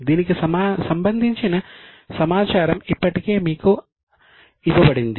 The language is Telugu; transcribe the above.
దీనికి సంబంధించిన సమాచారం ఇప్పటికే మీకు ఇవ్వబడింది